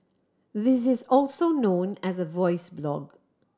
this is also known as a voice blog